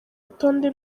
rutonde